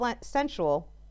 sensual